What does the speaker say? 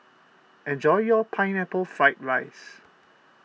enjoy your Pineapple Fried Rice